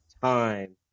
time